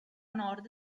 nord